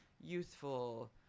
youthful